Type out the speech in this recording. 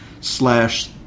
Slash